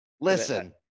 Listen